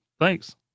Thanks